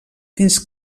fins